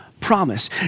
promise